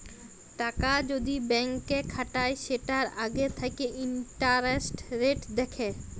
টাকা যদি ব্যাংকে খাটায় সেটার আগে থাকে ইন্টারেস্ট রেট দেখে